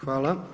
Hvala.